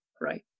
right